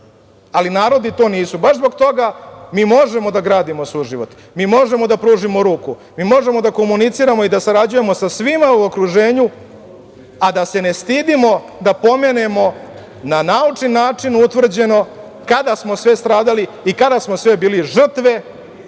ali narodi to nisu. Baš zbog toga mi možemo da gradimo suživot, mi možemo da pružimo ruku, mi možemo da komuniciramo i da sarađujemo sa svima u okruženju, a da se ne stidimo da pomenemo, na naučni način, utvrđeno kada smo sve stradali i kada smo sve bili žrtve